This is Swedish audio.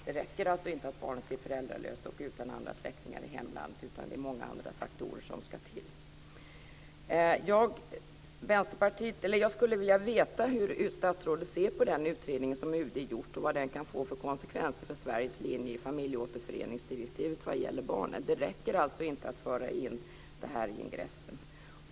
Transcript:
Det räcker inte att barnet är föräldralöst och utan andra släktingar i hemlandet, utan det är många andra faktorer som ska till. Jag skulle vilja veta hur statsrådet ser på den utredning som UD gjort och på vad den kan få för konsekvenser för Sveriges linje i familjeåterföreningsdirektivet vad gäller barn. Det räcker inte att föra in det här i ingressen.